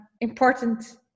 important